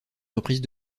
reprise